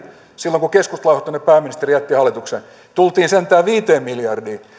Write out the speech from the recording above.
silloin kun keskustalainen pääministeri jätti hallituksen tultiin sentään viiteen miljardiin ja